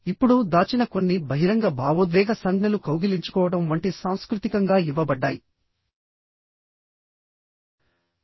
ఇప్పుడు దాచిన కొన్ని బహిరంగ భావోద్వేగ సంజ్ఞలు కౌగిలించుకోవడం వంటి సాంస్కృతికంగా ఇవ్వబడ్డాయి